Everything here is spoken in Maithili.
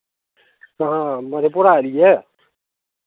कहाँ मधेपुरा एलियैए